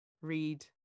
read